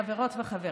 חברות וחברים,